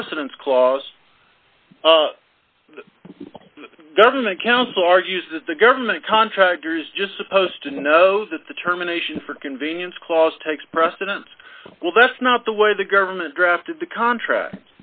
precedence clause government counsel argues that the government contractors just supposed to know that the terminations for convenience clause takes precedence well that's not the way the government drafted the contract